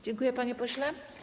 Dziękuję, panie pośle.